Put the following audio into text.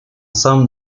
самом